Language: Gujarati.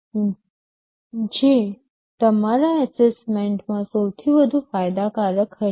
તે કંઈક છે જે તમારા એસેસમેન્ટમાં સૌથી વધુ ફાયદાકારક હશે